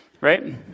right